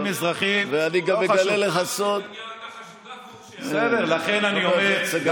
ואני גם אגלה לך סוד, חבר הכנסת סגלוביץ' גם